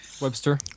Webster